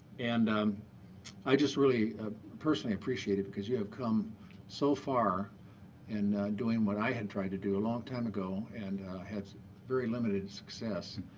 and um i just really ah personally appreciate it because you have come so far in doing what i had tried to do a long time ago and had very limited success.